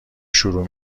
شروع